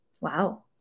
Wow